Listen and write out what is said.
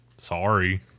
Sorry